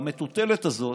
במטוטלת הזאת,